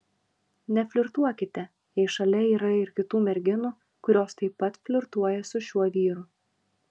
neflirtuokite jei šalia yra ir kitų merginų kurios taip pat flirtuoja su šiuo vyru